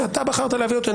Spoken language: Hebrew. את בחרת להביא את המקרה הזה,